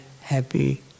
happy